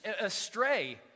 astray